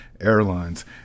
airlines